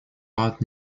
put